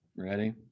ready